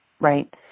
Right